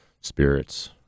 spirits